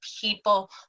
people